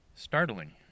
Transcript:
Startling